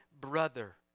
brother